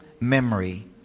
memory